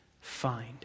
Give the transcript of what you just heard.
find